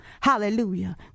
Hallelujah